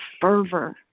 fervor